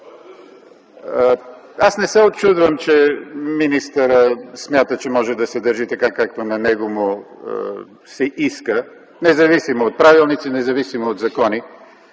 Аз не се учудвам, че министърът смята, че може да се държи така както на него му се иска, независимо от правилници, независимо от закони.